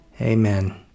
amen